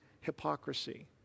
hypocrisy